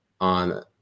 on